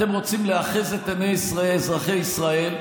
אתם רוצים לאחז את עיני אזרחי ישראל,